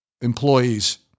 employees